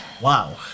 Wow